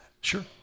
Sure